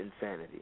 insanity